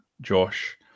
Josh